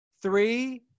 Three